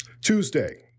Tuesday